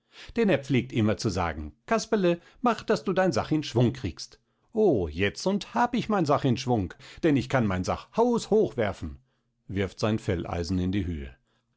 denn er pflegt immer zu sagen casperle mach daß du dein sach in schwung kriegst o jetzund hab ich mein sach in schwung denn ich kann mein sach haushoch werfen wirft sein felleisen in die höhe